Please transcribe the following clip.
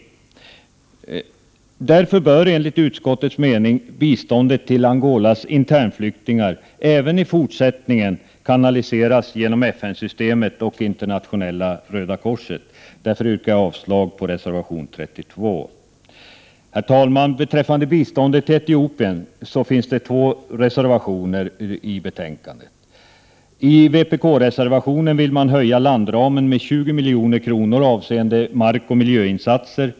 Därför bör enligt utskottets mening biståndet till Angolas internflyktingar även i fortsättningen kanaliseras genom FN-systemet och Internationella Röda korset. Därmed yrkar jag avslag på reservation nr 32. Herr talman! Beträffande biståndet till Etiopien finns två reservationer fogade till betänkandet. I vpk-reservationen nr 33 vill man höja landramen med 20 milj.kr. avseende markoch miljöinsatser.